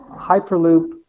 Hyperloop